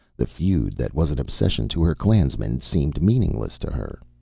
the feud that was an obsession to her clansmen seemed meaningless to her.